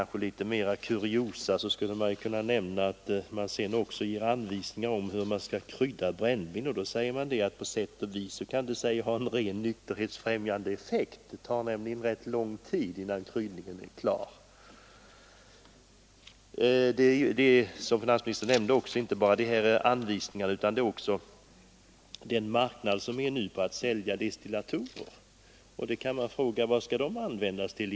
Som en kuriositet kan nämnas att man också ger anvisningar om hur brännvin skall kryddas och säger att brännvinskryddningen kan ”på sätt och vis sägas ha en ren nykterhetsfrämjande effekt”. Det tar nämligen, anför man som förklaring, rätt lång tid innan kryddningen är klar. Det är, som finansministern nämnde, inte bara försäljningen av sådana anvisningar som är betänklig utan också marknadsföringen av destillatorer. Man kan fråga vad de egentligen skall användas till.